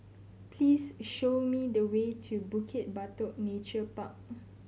please show me the way to Bukit Batok Nature Park